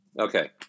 Okay